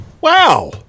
Wow